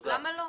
תודה.